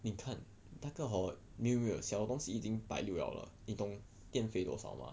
你看那个 hor 没有没有小的东西已经百六了了你懂电费多少吗